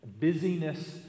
Busyness